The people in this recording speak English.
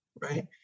right